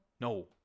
No